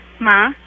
Ma